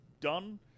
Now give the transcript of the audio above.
done